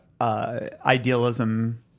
Idealism